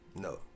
No